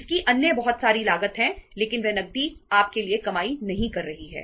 इसकी अन्य बहुत सारी लागत है लेकिन वह नकदी आपके लिए कमाई नहीं कर रही है